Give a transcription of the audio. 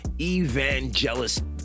evangelist